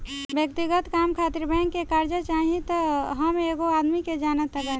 व्यक्तिगत काम खातिर बैंक से कार्जा चाही त हम एगो आदमी के जानत बानी